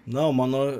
na o mano